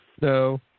No